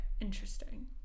Interesting